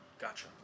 Gotcha